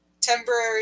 temporary